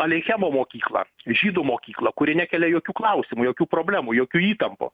aleichemo mokyklą žydų mokyklą kuri nekelia jokių klausimų jokių problemų jokių įtampų